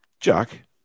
Jack